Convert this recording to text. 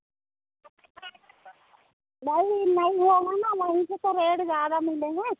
नहीं नहीं होगा ना वहीं के तो रेट ज़्यादा मिलेंगे